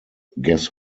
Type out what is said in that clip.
guess